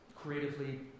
creatively